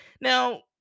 Now